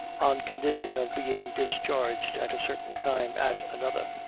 on condition of being discharged at a certain time at another,